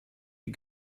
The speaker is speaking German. die